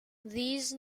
these